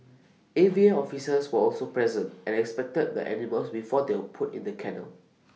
A V A officers were also present and inspected the animals before they were put in the kennel